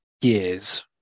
years